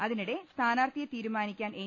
അതിനിടെ സ്ഥാനാർത്ഥിയെ തീരുമാനിക്കാൻ എൻ